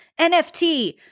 NFT